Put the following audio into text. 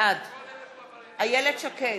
בעד איילת שקד,